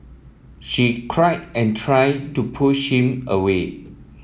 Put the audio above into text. she cried and tried to push him away